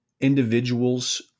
individuals